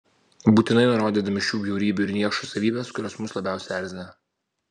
būtinai nurodydami šių bjaurybių ir niekšų savybes kurios mus labiausiai erzina